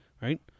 Right